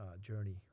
journey